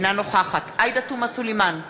אינה נוכחת עאידה תומא סלימאן,